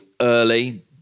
early